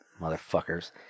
Motherfuckers